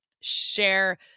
share